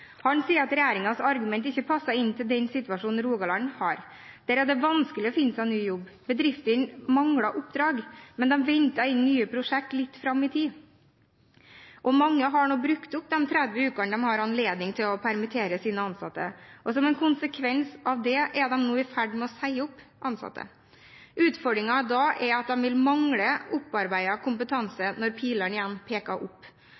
Han sier at regjeringens argument ikke passer inn i den situasjonen Rogaland har. Der er det vanskelig å finne seg ny jobb. Bedriftene mangler oppdrag, men de venter å få inn nye prosjekt litt fram i tid. Og mange har nå brukt opp de 30 ukene de har anledning til å permittere sine ansatte. Som en konsekvens av det er de nå i ferd med å si opp ansatte. Utfordringen da er at de vil mangle opparbeidet kompetanse når pilen igjen peker opp.